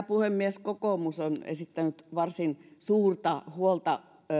puhemies kokoomus on esittänyt varsin suurta huolta